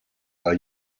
are